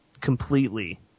completely